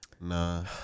Nah